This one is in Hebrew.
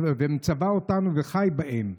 ומצווה אותנו "וחי בהם",